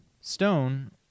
Stone